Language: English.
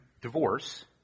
divorce